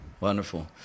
wonderful